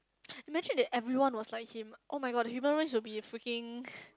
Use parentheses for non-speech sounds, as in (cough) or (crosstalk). imagine that everyone was like him oh-my-god the human race will be a freaking (breath)